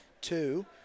Two